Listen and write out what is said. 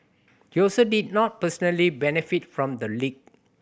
he also did not personally benefit from the leak